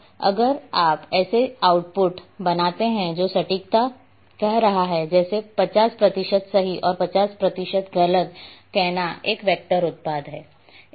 और अगर आप एक ऐसा आउटपुट बनाते हैं जो सटीकता कह रहा हो जैसे 50 प्रतिशत सही और 50 प्रतिशत गलत कहना एक बेकार उत्पाद है